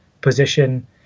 position